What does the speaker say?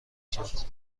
کرد